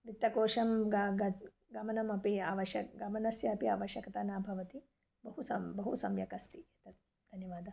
वित्तकोशं ग गमनमपि आवश्यकं गमनस्य अपि आवश्यकता न भवति बहु सं बहु सम्यक् अस्ति तत् धन्यवादः